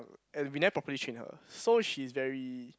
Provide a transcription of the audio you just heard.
and we never properly train her so she's very